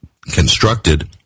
constructed